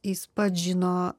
jis pats žino